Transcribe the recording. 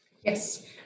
Yes